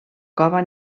cova